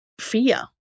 fear